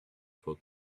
for